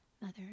Mother